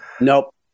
Nope